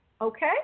Okay